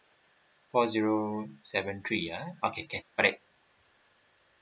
one zero seven three ah okay can alright